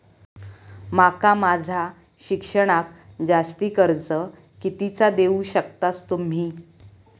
माका माझा शिक्षणाक जास्ती कर्ज कितीचा देऊ शकतास तुम्ही?